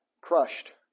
crushed